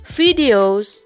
videos